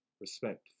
respect